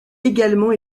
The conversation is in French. également